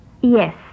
Yes